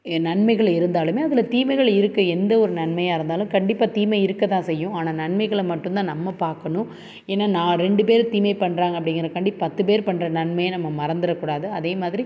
நன்மைகள் இருந்தாலுமே அதில் தீமைகள் இருக்குது எந்த ஒரு நன்மையாக இருந்தாலும் கண்டிப்பாக தீமை இருக்க தான் செய்யும் ஆனால் நன்மைகளை மட்டும்தான் நம்ம பார்க்கணும் ஏன்னால் நான் ரெண்டு பேர் தீமை பண்ணுறாங்க அப்படிங்கிறக்காண்டி பத்து பேர் பண்ணுற நன்மையை நம்ம மறந்துடக் கூடாது அதே மாதிரி